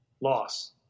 Loss